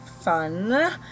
fun